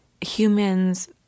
humans